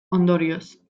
ondorioz